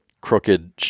crooked